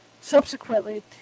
Subsequently